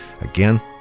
Again